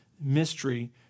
mystery